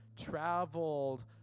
traveled